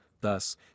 thus